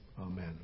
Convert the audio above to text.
Amen